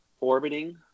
orbiting